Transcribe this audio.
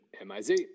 M-I-Z